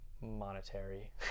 monetary